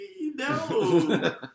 no